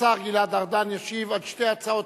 השר גלעד ארדן ישיב על שתי הצעות